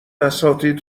اساتید